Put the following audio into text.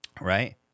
Right